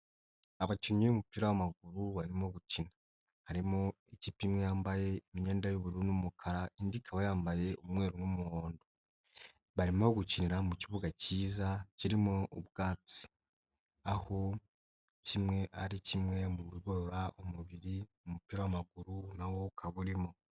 Abakinnyi b'umupira w'amaguru barimo gukina. Harimo ikipe imwe yambaye imyenda y'ubururu n'umukara, indi ikaba yambaye umweru n'umuhondo, barimo gukinira mu kibuga cyiza kirimo ubwatsi, aho kimwe ari kimwe mu bugorora mubiri mu mupira w'amaguru nawo ukaba urimo.